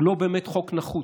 הוא לא באמת חוק נחוץ.